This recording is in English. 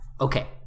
okay